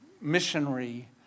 missionary